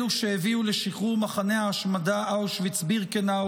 אלו שהביאו לשחרור מחנה ההשמדה אושוויץ-בירקנאו